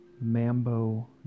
mambo